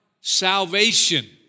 salvation